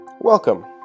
Welcome